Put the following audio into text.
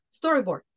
storyboard